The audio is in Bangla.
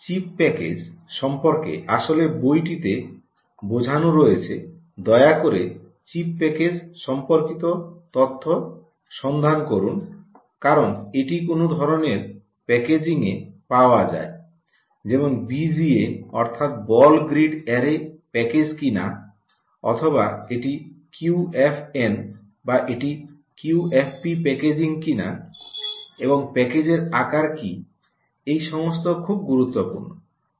চিপ প্যাকেজ সম্পর্কে আসলে বইটিতে বোঝানো রয়েছে দয়া করে চিপ প্যাকেজ সম্পর্কিত তথ্য সন্ধান করুন কারণ এটি কোন ধরনের প্যাকেজিংয়ে এ পাওয়া যায় যেমন বিজিএ অর্থাৎ বল গ্রিড অ্যারে প্যাকেজ কিনা অথবা এটি কিউএফএন বা এটি কিউএফপি প্যাকেজিং কিনা এবং প্যাকেজের আকার কী এমন সমস্ত খুব গুরুত্বপূর্ণ